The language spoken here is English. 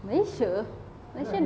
malaysia malaysia